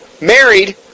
married